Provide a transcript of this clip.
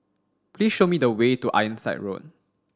please show me the way to Ironside Road